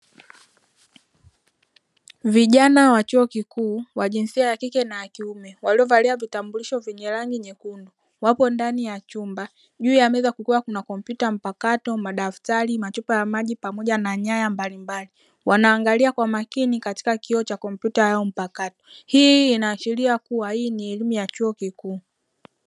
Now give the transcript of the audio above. Vijana wa chuo kikuu wa jinsia ya kike na ya kiume; waliovalia vitambulisho vyenye rangi nyekundu wapo ndani ya chumba. Juu ya meza kukiwa kuna kompyuta mpakato, madaftari, machupa ya maji pamoja na nyaya mbalimbali. Wanaangalia kwa makini katika kioo cha kompyuta yao mpakato. Hii inaashiria kuwa hii ni elimu ya chuo kikuu.